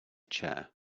chair